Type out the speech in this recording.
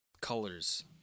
colors